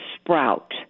sprout